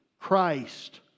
Christ